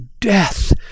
death